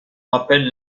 rappellent